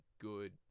good